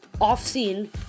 off-scene